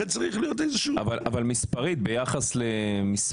לכן צריך להיות איזשהו --- אבל מספרית ביחס למספר